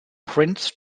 prince